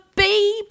Baby